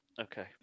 Okay